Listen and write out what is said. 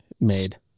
made